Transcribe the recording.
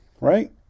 right